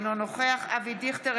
אינו נוכח אבי דיכטר,